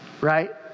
right